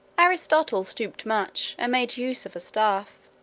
aristotle stooped much, and made use of a staff.